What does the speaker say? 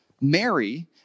Mary